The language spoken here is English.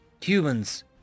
humans